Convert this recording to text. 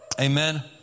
Amen